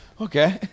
Okay